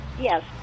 Yes